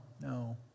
no